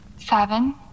seven